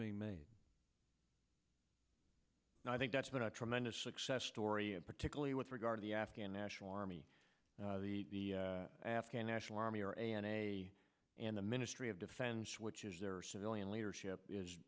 made and i think that's been a tremendous success story and particularly with regard the afghan national army the afghan national army or a n a and the ministry of defense which is their civilian leadership is